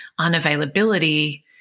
unavailability